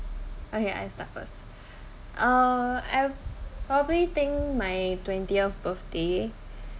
okay I start first uh I've probably think my twentieth birthday